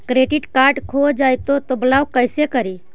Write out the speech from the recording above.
Credit card खो जाए तो ब्लॉक कैसे करी?